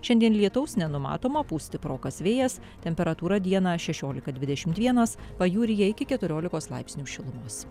šiandien lietaus nenumatoma pūs stiprokas vėjas temperatūra dieną šešiolika dvidešimt vienas pajūryje iki keturiolikos laipsnių šilumos